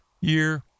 year